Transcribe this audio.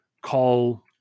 call